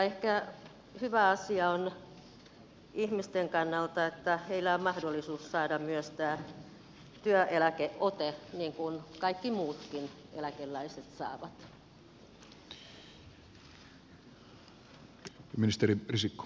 ehkä hyvä asia on ihmisten kannalta että heillä on mahdollisuus saada myös tämä työeläkeote niin kuin kaikki muutkin työntekijät saavat